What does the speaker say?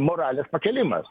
moralės pakėlimas